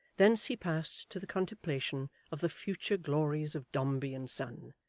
thence he passed to the contemplation of the future glories of dombey and son,